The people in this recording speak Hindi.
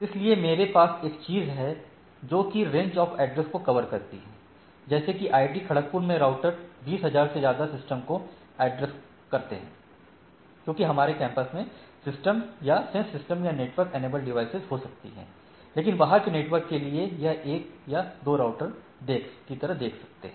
इसलिए मेरे पास एक चीज है जो कि रेंज ऑफ एड्रेस को कवर करती है जैसे कि आईआईटी खड़कपुर में राउटर 20000 से ज्यादा सिस्टम के एड्रेस को और करते हैं क्योंकि हमारे कैंपस के सिस्टम या सेंस सिस्टम या नेटवर्क इनेबल डिवाइसज हो सकती है लेकिन बाहर के नेटवर्क के लिए यह एक या दो राउटर देख सकते हैं